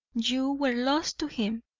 you were lost to him!